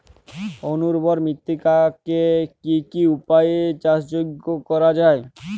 অনুর্বর মৃত্তিকাকে কি কি উপায়ে চাষযোগ্য করা যায়?